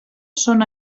són